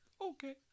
Okay